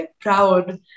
proud